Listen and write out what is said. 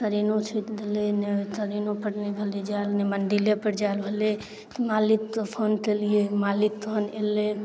ट्रेनो छुटि गेलै ने ट्रेनोपर नहि भेलै जाएल ने मन्दिरेपर जाएल भेलै मालिकके फोन केलिए मालिक तहन अएलै